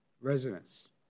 residents